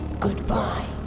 goodbye